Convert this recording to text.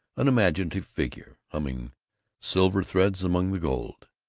unimaginative figure, humming silver threads among the gold.